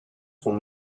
sont